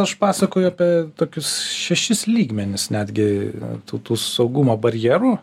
aš pasakoju apie tokius šešis lygmenis netgi tautų saugumo barjerų